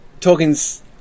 Tolkien's